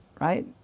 right